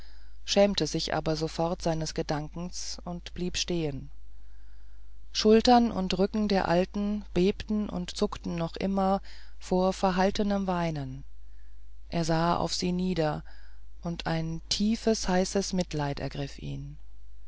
schämte sich aber sofort seines gedankens und blieb stehen schultern und rücken der alten bebten und zuckten noch immer vor verhaltendem weinen er sah auf sie nieder und ein tiefes heißes mitleid ergriff ihn